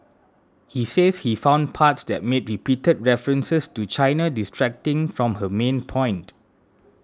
he says he found parts that made repeated references to China distracting from her main point